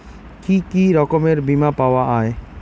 কি কি রকমের বিমা পাওয়া য়ায়?